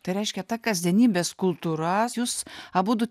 tai reiškia ta kasdienybės kultūras jūs abudu